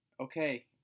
okay